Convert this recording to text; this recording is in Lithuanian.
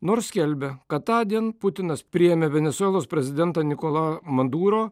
nors skelbia kad tądien putinas priėmė venesuelos prezidentą nikola maduro